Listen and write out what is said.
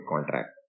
contract